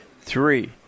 Three